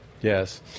yes